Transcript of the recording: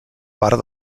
part